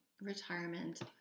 retirement